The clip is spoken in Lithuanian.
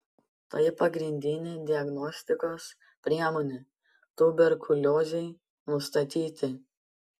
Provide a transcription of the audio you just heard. tai pagrindinė diagnostikos priemonė tuberkuliozei nustatyti